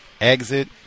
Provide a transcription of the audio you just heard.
Exit